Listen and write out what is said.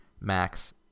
Max